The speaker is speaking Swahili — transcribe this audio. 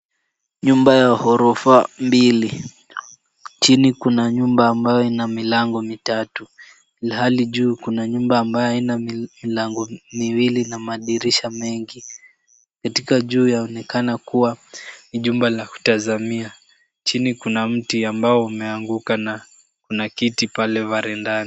Nyumba ya ghorofa mbili. Chini kuna nyumba ambayo ina milango mitatu ilhali juu kuna nyumba ambaye ina milango miwili na madirisha mengi. Katika juu yaonekana kuwa ni jumba la kutazamia. Chini kuna mti ambao umeanguka na kuna kiti pale varendani .